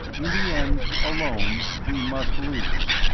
in the end, alone, we must lose.